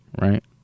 Right